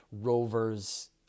rover's